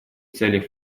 целях